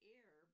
air